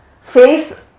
face